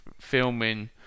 filming